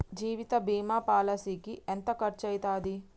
జీవిత బీమా పాలసీకి ఎంత ఖర్చయితది?